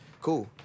cool